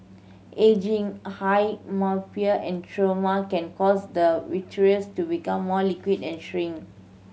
ageing high myopia and trauma can cause the vitreous to become more liquid and shrink